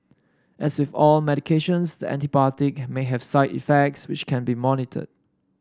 as with all medications the antibiotic may have side effects which can be monitored